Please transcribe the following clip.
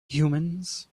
humans